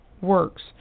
works